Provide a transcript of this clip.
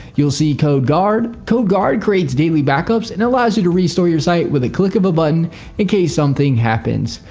you'll see codeguard. codeguard creates daily backups and allows you to restore your site with a click of a button in case something happens.